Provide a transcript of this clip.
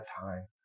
time